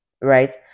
right